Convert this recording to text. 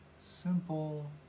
simple